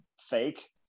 fake